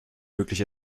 wirklich